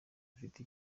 mfite